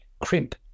Crimp